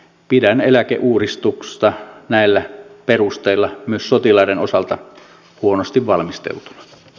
pidän eläkeuudistusta näillä perusteilla myös sotilaiden osalta huonosti valmisteltuna